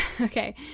Okay